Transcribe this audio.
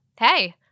hey